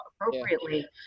appropriately